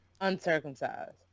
uncircumcised